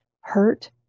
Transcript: hurt